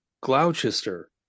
Gloucester